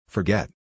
Forget